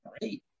great